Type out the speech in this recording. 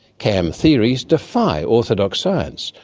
cam theories defy orthodox science,